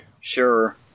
Sure